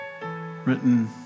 written